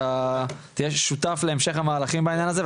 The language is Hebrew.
אתה תהיה שותף להמשיך המהלכים בעניין הזה,